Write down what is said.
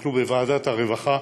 אנחנו בוועדת העבודה והרווחה